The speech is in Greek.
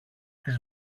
της